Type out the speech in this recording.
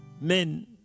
men